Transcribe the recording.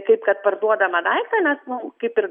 kaip kad parduodamą daiktą nes nu kaip ir